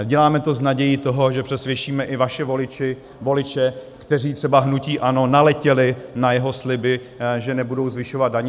Děláme to s nadějí, že přesvědčíme i vaše voliče, kteří třeba hnutí ANO naletěli na jeho sliby, že nebudou zvyšovat daně.